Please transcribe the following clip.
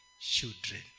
children